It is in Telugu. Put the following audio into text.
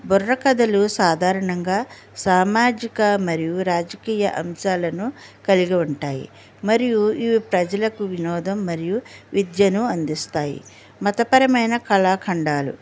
బుర్రకథలు సాధారణంగా సామాజిక మరియు రాజకీయ అంశాలను కలిగి ఉంటాయి మరియు ఇవి ప్రజలకు వినోదం మరియు విద్యను అందిస్తాయి మతపరమైన కళాఖండాలు